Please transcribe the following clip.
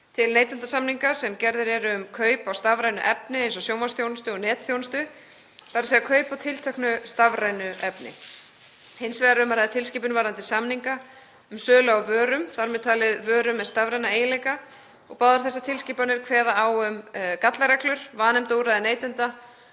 til neytendasamninga sem gerðir eru um kaup á stafrænu efni eins og sjónvarpsþjónustu og netþjónustu, þ.e. kaup á tilteknu stafrænu efni. Hins vegar er um að ræða tilskipun varðandi samninga um sölu á vörum, þ.m.t. vörum með stafræna eiginleika. Báðar þessar tilskipanir kveða á um gallareglur, vanefndaúrræði neytenda